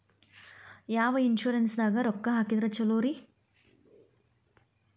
ಯಾವ ಇನ್ಶೂರೆನ್ಸ್ ದಾಗ ರೊಕ್ಕ ಹಾಕಿದ್ರ ಛಲೋರಿ?